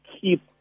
keep